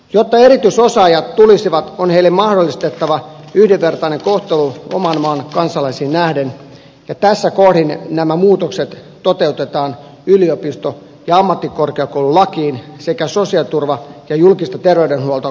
jotta erityisosaajat tulisivat on heille mahdollistettava yhdenvertainen kohtelu oman maan kansalaisiin nähden ja tässä kohdin nämä muutokset toteutetaan yliopisto ja ammattikorkeakoululakiin sekä sosiaaliturva ja julkista terveydenhuoltoa koskevaan lainsäädäntöön